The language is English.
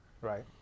Right